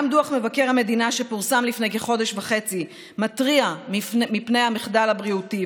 גם דוח מבקר המדינה שפורסם לפני כחודש וחצי מתריע מפני המחדל הבריאותי.